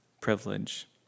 privilege